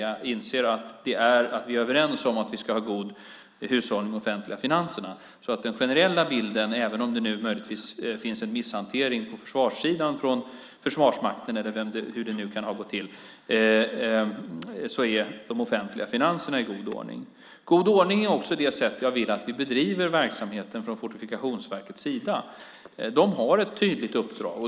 Vi är överens om att vi ska ha en god hushållning med de offentliga finanserna. Den generella bilden, även om det nu finns en misshantering på försvarssidan från Försvarsmakten eller hur det nu kan ha gått till, är att de offentliga finanserna är i god ordning. God ordning är också det sätt jag vill att Fortifikationsverket bedriver verksamheten på. De har ett tydligt uppdrag.